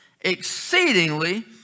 exceedingly